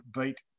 beat